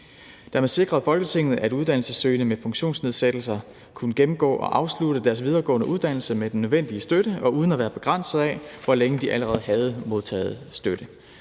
Dermed sikrede Folketinget, at uddannelsessøgende med funktionsnedsættelser kunne gennemgå og afslutte deres videregående uddannelse med den nødvendige støtte og uden at være begrænset af, hvor længe de allerede havde modtaget støtte.